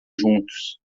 juntos